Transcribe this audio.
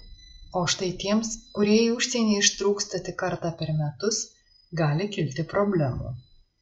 o štai tiems kurie į užsienį ištrūksta tik kartą per metus gali kilti problemų